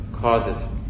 causes